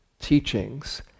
teachings